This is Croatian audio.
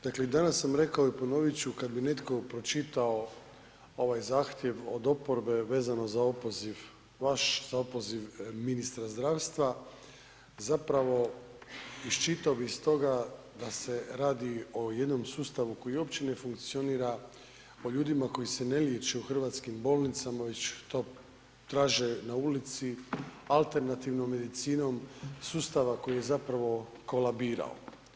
Dakle i danas sam rekao i ponovit ću, kada bi netko pročitao ovaj zahtjev od oporbe vezano za opoziv vaš, za opoziv ministra zdravstva iščitao bi iz toga da se radi o jednom sustavu koji uopće ne funkcionira o ljudima koji se ne liječe u hrvatskim bolnicama već to traže na ulici alternativnom medicinom sustava koji je kolabirao.